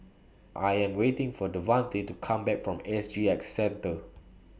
I Am waiting For Devante to Come Back from S G X Centre